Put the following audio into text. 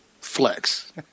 flex